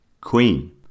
queen